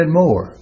more